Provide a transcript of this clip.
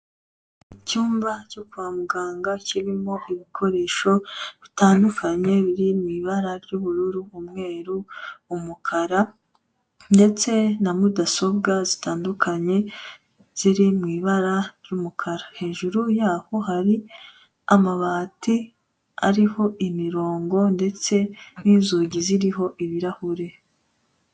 Icyumba cyo kwa muganga kirimo ibikoresho bitandukanye biri mu ibara ry'ubururu, umweru, umukara ndetse na mudasobwa zitandukanye ziri mu ibara ry'umukara, hejuru yaho hari amabati ariho imirongo ndetse n'inzugi ziriho ibirahure.